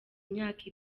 imyaka